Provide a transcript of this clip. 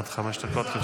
עד חמש דקות לרשותך.